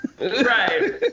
Right